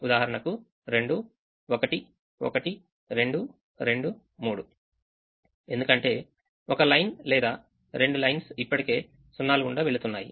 ఉదాహరణకు 2 1 1 2 2 3 ఎందుకంటే ఒక లైన్ లేదా రెండు లైన్స్ ఇప్పటికే సున్నాలు గుండా వెళుతున్నాయి